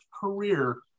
career